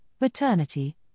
maternity